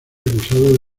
acusado